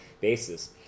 basis